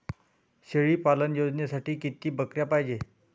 शेळी पालन योजनेसाठी किती बकऱ्या पायजे?